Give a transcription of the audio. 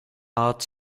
had